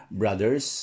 brothers